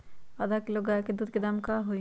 आधा किलो गाय के दूध के का दाम होई?